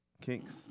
Kinks